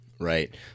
Right